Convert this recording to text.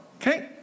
okay